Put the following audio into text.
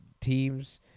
teams